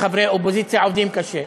כחברי אופוזיציה, עובדים קשה.